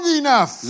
enough